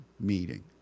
meeting